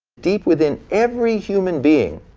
deep within every human being,